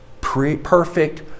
perfect